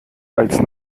als